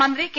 മന്ത്രി കെ